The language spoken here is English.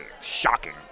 Shocking